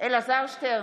אלעזר שטרן,